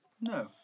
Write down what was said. No